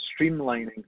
streamlining